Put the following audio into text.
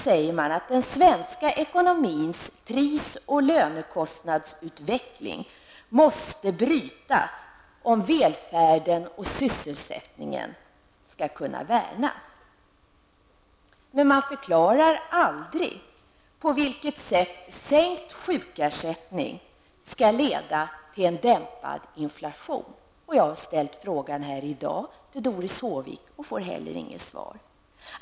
Där heter det: ''Den svenska ekonomins pris och lönekostnadsutveckling måste brytas om välfärden och sysselsättningen skall kunna värnas.'' Men man förklarar inte på vilket sätt sänkt sjukersättning skall leda till en dämpad inflation. Jag har ställt frågan här i dag till Doris Håvik men får inget svar.